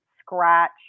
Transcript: scratch